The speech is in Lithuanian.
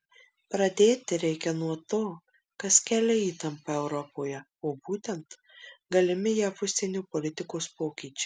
pradėti reikia nuo to kas kelia įtampą europoje o būtent galimi jav užsienio politikos pokyčiai